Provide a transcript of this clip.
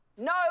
no